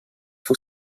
for